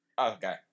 Okay